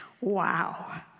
Wow